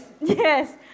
Yes